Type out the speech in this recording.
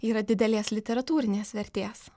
yra didelės literatūrinės vertės